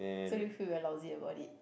so do you feel very lousy about it